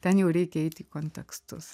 ten jau reikia eiti į kontekstus